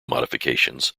modifications